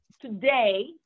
today